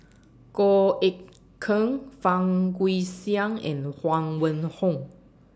Goh Eck Kheng Fang Guixiang and Huang Wenhong